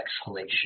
exhalation